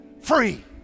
free